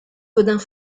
gaudens